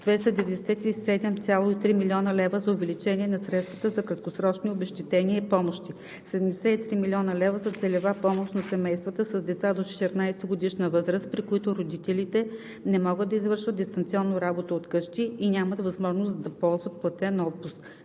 297,3 млн. лв. за увеличение на средствата за краткосрочни обезщетения и помощи; - 73,0 млн. лв. за целева помощ на семействата с деца до 14-годишна възраст, при които родителите не могат да извършват дистанционно работа от вкъщи и нямат възможност да ползват платен отпуск